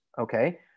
Okay